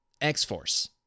X-Force